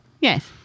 Yes